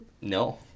No